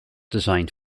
designed